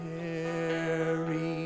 Mary